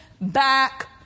back